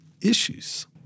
issues